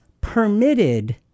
permitted